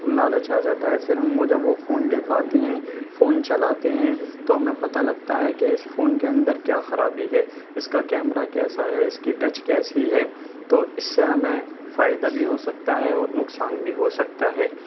لالچ آ جاتا ہے پھر ہم وہ جب وہ فون لے کے آتے ہیں فون چلاتے ہیں تو ہمیں پتہ لگتا ہے کہ اس فون کے اندر کیا خرابی ہے اس کا کیمرہ کیسا ہے اس کی ٹچ کیسی ہے تو اس سے ہمیں فائدہ بھی ہو سکتا ہے اور نقصان بھی ہو سکتا ہے